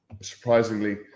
surprisingly